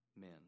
men